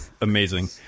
Amazing